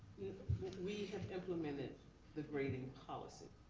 we have implemented the grading policy.